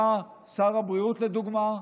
שר הבריאות, לדוגמה,